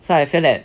so I feel that